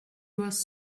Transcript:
was